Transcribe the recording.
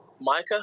Micah